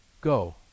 go